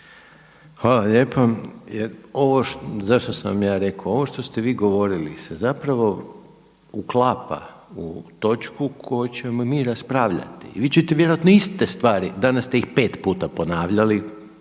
Hvala lijepo. Ovo zašto sam ja rekao. Ovo što ste vi govorili zapravo uklapa u točku koju ćemo mi raspravljati. Vi ćete vjerojatno iste stvari, danas ste ih pet puta ponavljali